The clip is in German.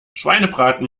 schweinebraten